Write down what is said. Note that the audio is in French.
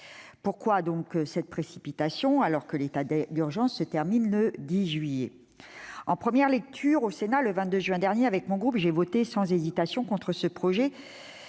pourquoi cette précipitation, alors que l'état d'urgence sanitaire se termine le 10 juillet ? En première lecture au Sénat, le 22 juin dernier, j'avais voté sans hésitation contre ce projet